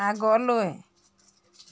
আগলৈ